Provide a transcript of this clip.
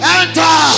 enter